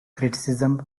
criticism